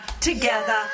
Together